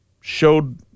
showed